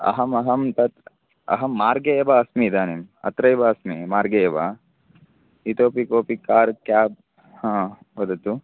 अहम् अहं तत् अहं मार्गे एव अस्मि इदानीम् अत्रेव अस्मि मार्गेव इतोऽपि कोऽपि कार् क्याब् वदतु